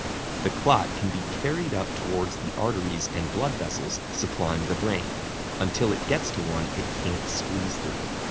the clot can be carried up towards the arteries and blood vessels supplying the brain until it gets to one it can't squeeze through.